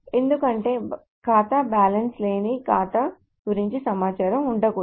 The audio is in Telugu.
ఎందుకంటే ఖాతా బ్యాలెన్స్ లేని ఖాతా గురించి సమాచారం ఉండకూడదు